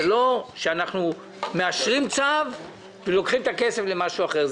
זה לא שאנחנו מאשרים צו ולוקחים את הכסף למשהו אחר.